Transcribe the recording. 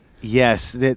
Yes